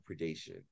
predation